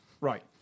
Right